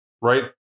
right